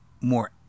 more